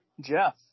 Jeff